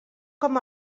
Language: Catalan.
com